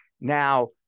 now